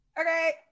Okay